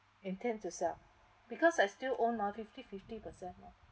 intent to sell because I still own fifty fifty percent lah